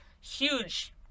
huge